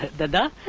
the